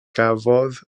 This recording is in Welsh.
gafodd